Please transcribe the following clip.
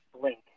Blink